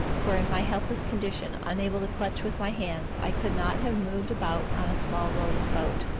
for in my helpless condition, unable to clutch with my hands, i could not have moved about on a small rolling boat.